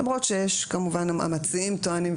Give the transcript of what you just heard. למרות שהמציעים טוענים,